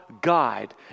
guide